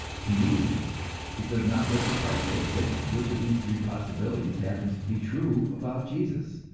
to me it does not make a particle of difference which of the three possibilities happens to be true about jesus.